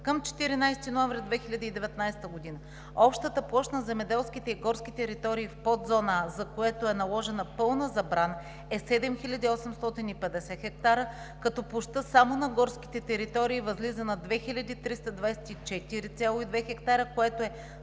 Към 14 ноември 2019 г. общата площ на земеделските и горските територии в подзона А, за които е наложена пълна забрана, е 7850 хектара, като площта само на горските територии възлиза на 2324,2 хектара, което е